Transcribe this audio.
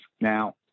Now